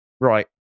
Right